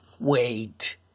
wait